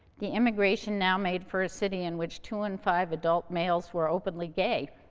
the immigration now made for a city in which two in five adult males were openly gay.